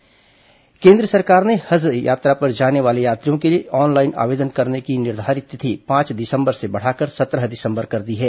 हज आवेदन तिथि केन्द्र सरकार ने हज जाने वाले यात्रियों के लिए ऑनलाइन आवेदन करने की निर्धारित तिथि पांच दिसंबर से बढ़ाकर सत्रह दिसंबर कर दी है